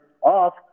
off